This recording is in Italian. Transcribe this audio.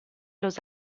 los